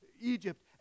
Egypt